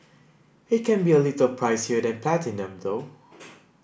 it can be a little pricier than Platinum though